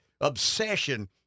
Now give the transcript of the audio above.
obsession